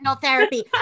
therapy